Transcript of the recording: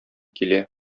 килә